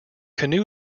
canoe